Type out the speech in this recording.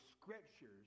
scriptures